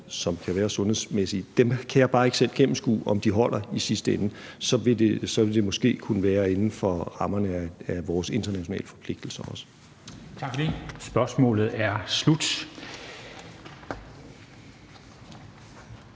f.eks. sundhedsmæssige – dem kan jeg bare ikke selv gennemskue om holder i sidste ende – vil det måske kunne holde sig inden for rammerne af vores internationale forpligtelser. Kl. 13:44 Formanden